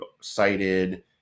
cited